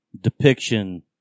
depiction